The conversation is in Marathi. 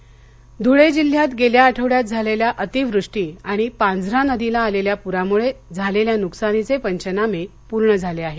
धुळे धुळे जिल्ह्यात गेल्या आठवड्यात झालेल्या अतिवृष्टी आणि पांझरा नदीला आलेल्या पुरामुळे झालेल्या नुकसानीचे पंचनामे पूर्ण झाले आहेत